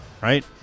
right